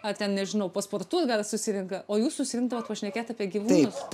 ar ten nežinau pasportuot gal susirenka o jūs susirinkdavot pašnekėt apie gyvūnus